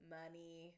money